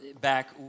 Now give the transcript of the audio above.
back